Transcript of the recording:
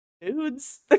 dudes